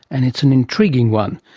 and it's an intriguing one.